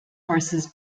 horses